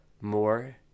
more